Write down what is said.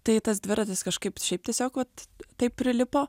tai tas dviratis kažkaip šiaip tiesiog vat taip prilipo